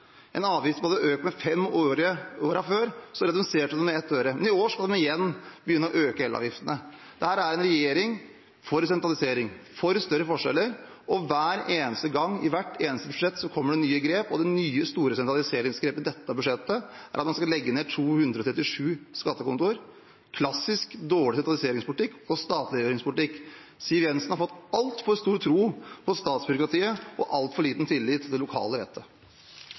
I år skal de igjen begynne å øke elavgiftene. Dette er en regjering for sentralisering, for større forskjeller, og hver eneste gang i hvert eneste budsjett kommer det nye grep. Det nye store sentraliseringsgrepet i dette budsjettet er at man skal legge ned 237 skattekontor – klassisk dårlig sentraliseringspolitikk og statliggjøringspolitikk. Siv Jensen har fått altfor stor tro på statsbyråkratiet og altfor liten tillit til det lokale